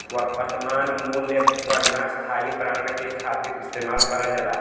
वर्तमान मूल्य गणना स्थायी बांड के खातिर इस्तेमाल करल जाला